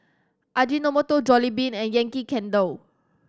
Ajinomoto Jollibean and Yankee Candle